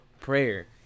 prayer